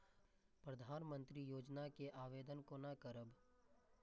प्रधानमंत्री योजना के आवेदन कोना करब?